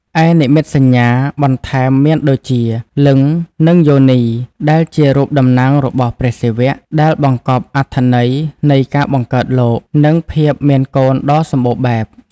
ឯនិមិត្តសញ្ញាបន្ថែមមានដូចជា លីង្គ និងយោនី ដែលជារូបតំណាងរបស់ព្រះសិវៈ ដែលបង្កប់អត្ថន័យនៃការបង្កើតលោក និងភាពមានកូនដ៏សម្បូរបែប។